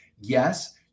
Yes